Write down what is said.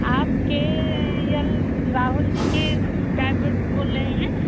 आप के यल राहुल जी के डायवर बोल रहे हैं